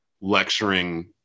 lecturing